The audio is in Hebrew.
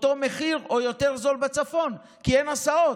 אותו מחיר או יותר זול בצפון, כי אין הסעות.